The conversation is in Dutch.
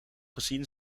gezien